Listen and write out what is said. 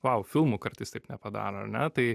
vau filmų kartais taip nepadaro ar ne tai